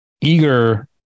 eager